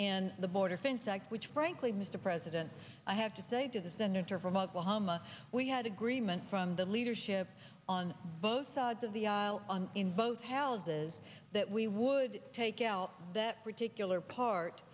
act which frankly mr president i have to say to the senator from oklahoma we had agreement from the leadership on both sides of the aisle in both houses that we would take out that particular part